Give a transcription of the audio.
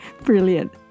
Brilliant